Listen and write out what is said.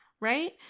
Right